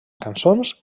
cançons